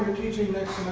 teaching this